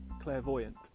clairvoyant